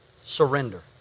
surrender